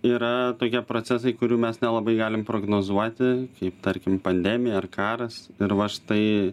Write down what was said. yra tokie procesai kurių mes nelabai galim prognozuoti kaip tarkim pandemija ar karas ir va štai